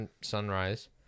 sunrise